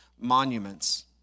monuments